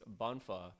bonfa